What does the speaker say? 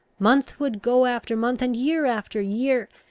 month would go after month, and year after year,